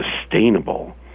sustainable